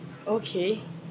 okay